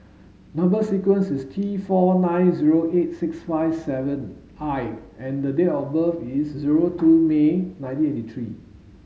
number sequence is T four nine zero eight six five seven I and the date of birth is zero two May nineteen eighty three